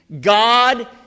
God